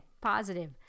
positive